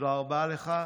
תודה רבה לך.